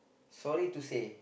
sorry to say